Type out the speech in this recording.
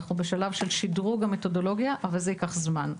אנחנו בשלב של שדרוג המתודולוגיה אבל זה ייקח זמן.